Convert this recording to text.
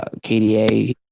KDA